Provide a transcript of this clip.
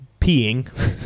Peeing